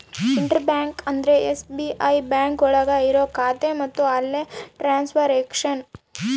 intra banking ಅಂದ್ರೆ SBI bank ಒಳಗ ಇರೋ ಖಾತೆ ಮತ್ತು ಅಲ್ಲೇ ಟ್ರನ್ಸ್ಯಾಕ್ಷನ್